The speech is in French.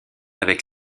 avec